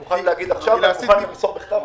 אני מוכן להגיד עכשיו, ואני מוכן למסור בכתב.